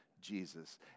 Jesus